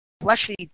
fleshy